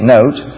Note